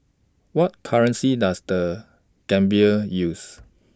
What currency Does The Gambia use